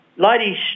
Ladies